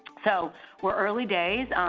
so we're early days,